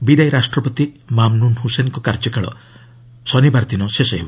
ବିଦାୟୀ ରାଷ୍ଟ୍ରପତି ମାମ୍ନୁନ ହୁସେନଙ୍କ କାର୍ଯ୍ୟକାଳ ଶନିବାରଦିନ ଶେଷ ହେବ